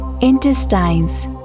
intestines